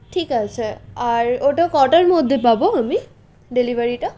ঠিক আছে আর ওটা কটার মধ্যে পাবো আমি ডেলিভারিটা